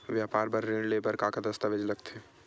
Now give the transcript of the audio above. व्यापार बर ऋण ले बर का का दस्तावेज लगथे?